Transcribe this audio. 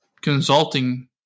consulting